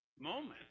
moment